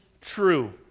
true